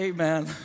Amen